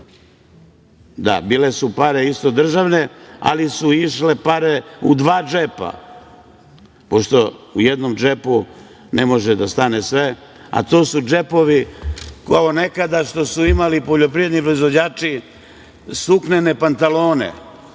Da, bile su pare isto državne ali su išle pare u dva džepa, pošto u jednom džepu ne može da stane sve a to su džepovi kao nekada što su imali poljoprivredni proizvođači suknene pantalone…Ovaj